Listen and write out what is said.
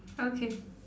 okay